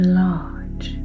large